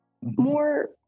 more